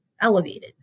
elevated